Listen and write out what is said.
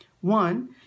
One